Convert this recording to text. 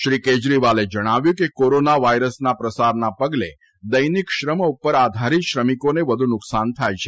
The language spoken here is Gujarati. શ્રી કેજરીવાલે જણાવ્યું કે કોરોના વાયરસના પ્રસારના પગલે દૈનિક શ્રમ ઉપર આધારીત શ્રમિકોને વધુ નુકશાન થાય છે